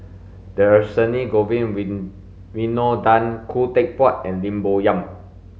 Dhershini Govin Win Winodan Khoo Teck Puat and Lim Bo Yam